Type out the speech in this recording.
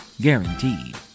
Guaranteed